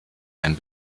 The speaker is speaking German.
einen